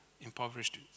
impoverished